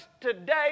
today